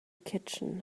kitchen